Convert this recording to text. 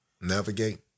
Navigate